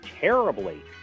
terribly